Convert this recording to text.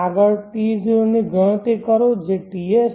આગળ T0 ની ગણતરી કરો જે TS